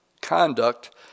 conduct